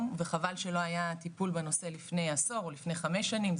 וחבל שלא היה טיפול בנושא לפני עשור או לפני חמש שנים,